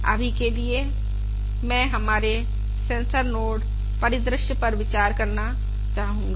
अभी के लिए मैं हमारे सेंसर नोड परिदृश्य पर विचार करना चाहूंगा